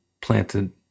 planted